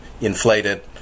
inflated